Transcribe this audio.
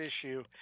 issue